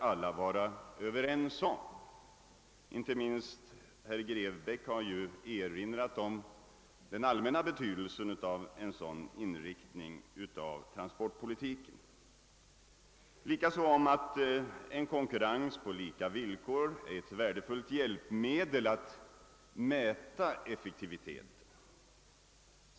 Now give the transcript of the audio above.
Herr Grebäck har erinrat om den allmänna betydelsen av en sådan inriktning av trafikpolitiken. Han har också framhållit att en konkurrens på lika villkor är ett värdefullt hjälpmedel när det gäller att mäta effektiviteten.